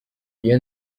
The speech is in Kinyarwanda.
iyo